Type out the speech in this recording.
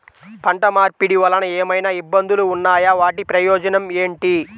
పంట మార్పిడి వలన ఏమయినా ఇబ్బందులు ఉన్నాయా వాటి ప్రయోజనం ఏంటి?